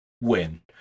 win